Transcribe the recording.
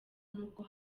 n’ubwo